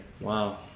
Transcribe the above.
wow